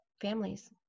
families